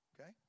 Okay